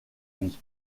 vie